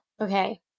Okay